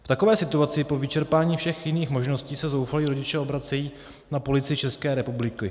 V takové situaci po vyčerpání všech jiných možností se zoufalí rodiče obracejí na Policii České republiky.